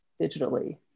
digitally